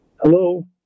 Hello